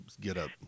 get-up